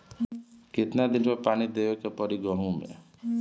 कितना दिन पर पानी देवे के पड़ी गहु में?